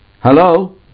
Hello